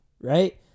right